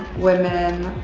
women